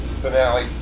finale